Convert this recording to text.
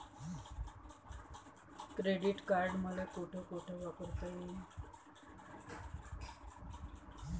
Credit card मले कोठ कोठ वापरता येईन?